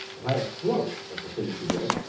if i had a float as the thirty two bit,